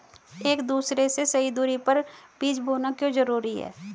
एक दूसरे से सही दूरी पर बीज बोना क्यों जरूरी है?